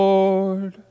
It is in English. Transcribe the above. Lord